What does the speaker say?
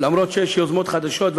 אף שיש יוזמות חדשות,